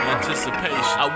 Anticipation